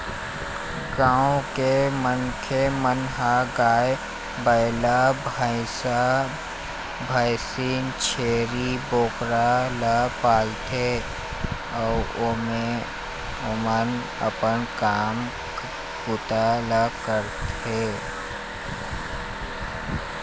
गाँव के मनखे मन ह गाय, बइला, भइसा, भइसी, छेरी, बोकरा ल पालथे